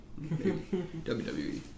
WWE